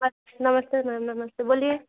नमस्ते सर नमस्ते बोलिए